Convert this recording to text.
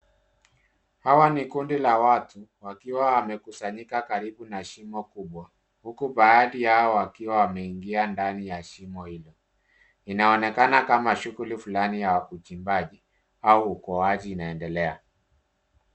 Hawa ni kundi la watu wakiwa wamekusanyika karibu na shimo kubwa huku baadhi yao wakiwa wameingia ndani ya shimo hilo. Inaonekana kama shughuli fulani ya uchimbaji au uokoaji unaendelea.